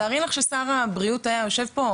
תארי לך ששר התקשורת היה יושב פה,